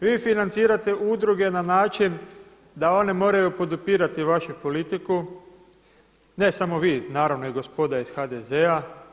Vi financirate udruge na način da one moraju podupirati vašu politiku, ne samo vi, naravno i gospoda iz HDZ-a.